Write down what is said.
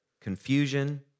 confusion